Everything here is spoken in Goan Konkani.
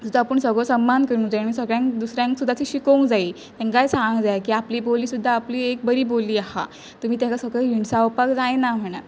तिचो आपूण सगळो समान करूंक जाय आनी सगळ्यांक दुसऱ्यांक सुद्दां ती शिकोवंक जायी तेंकाय सांगोंक जाय की आपली बोली सुद्दां आपली एक बरी बोली आहा तुमी तेंका सगळें हिणसावपाक जायना म्हणान